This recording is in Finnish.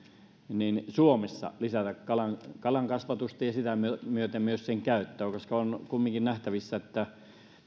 suomessa lisätä kalankasvatusta ja sitä myöten myös sen käyttöä koska on kumminkin nähtävissä että